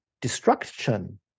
destruction